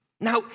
Now